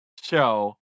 show